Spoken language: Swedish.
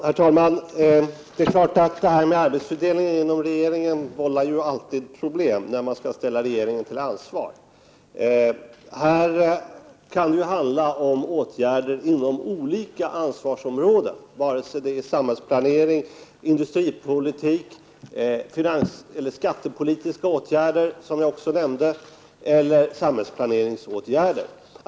Herr talman! Arbetsfördelningen inom regeringen vållar alltid problem när man skall ställa regeringen till ansvar. Det kan här handla om åtgärder inom olika ansvarsområden, såsom samhällsplanering, industripolitik, skattepolitiska åtgärder — som jag nämnde — eller samhällsplaneringsåtgärder.